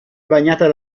bagnata